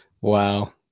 Wow